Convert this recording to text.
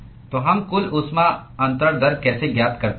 तो हम कुल ऊष्मा अंतरण दर कैसे ज्ञात करते हैं